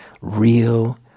real